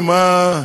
מה?